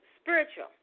spiritual